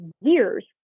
years